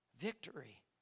victory